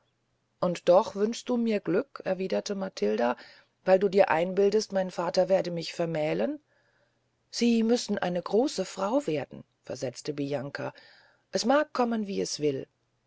und doch wünschtest du mir glück erwiederte matilde weil du dir einbildetest mein vater werde mich vermählen sie müssen eine große frau werden versetzte bianca es mag kommen wie es will